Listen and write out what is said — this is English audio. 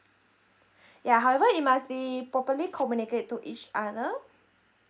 ya however it must be properly communicate to each other